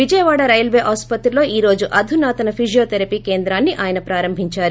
Vijayawada railway ఆస్పత్రిలో ఈ రోజు అధునాతన ఫిజియోధెరపీ కేంద్రాన్ని ఆయన ప్రారంభించారు